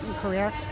career